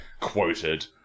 quoted